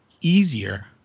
easier